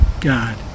God